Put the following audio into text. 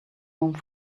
home